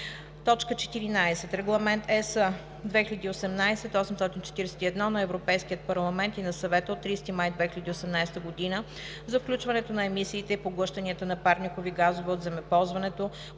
14. Регламент (ЕС) 2018/841 на Европейския парламент и на Съвета от 30 май 2018 г. за включването на емисиите и поглъщанията на парникови газове от земеползването,